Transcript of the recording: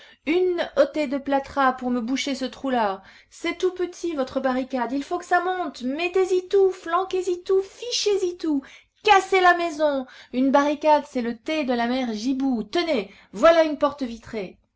une hottée de plâtras pour me boucher ce trou là c'est tout petit votre barricade il faut que ça monte mettez-y tout flanquez y tout fichez y tout cassez la maison une barricade c'est le thé de la mère gibou tenez voilà une porte vitrée